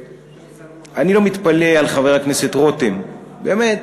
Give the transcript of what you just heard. אני לא מתפלא על חבר הכנסת רותם, באמת.